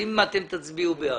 האם אתם תצביעו בעד.